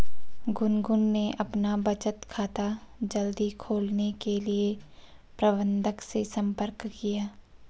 गुनगुन ने अपना बचत खाता जल्दी खोलने के लिए प्रबंधक से संपर्क किया